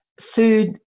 food